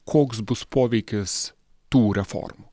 koks bus poveikis tų reformų